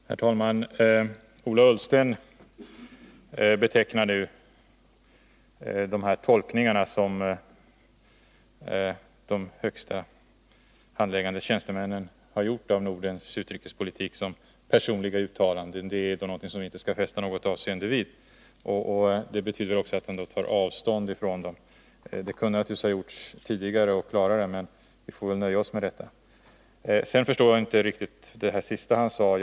Herr talman! Ola Ullsten betecknar nu de tolkningar som de högsta handläggande tjänstemännen har gjort av Nordens utrikespolitik som personliga uttalanden, som vi inte skall fästa något avseende vid. Det betyder att han tar avstånd från dem. Det kunde naturligtvis ha gjorts tidigare och klarare, men vi får väl nöja oss med detta. Jag förstår inte riktigt det sista som utrikesministern sade.